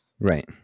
Right